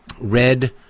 red